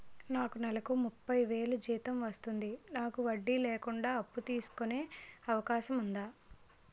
నాకు నేలకు ముప్పై వేలు జీతం వస్తుంది నాకు వడ్డీ లేకుండా అప్పు తీసుకునే అవకాశం ఉందా